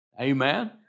Amen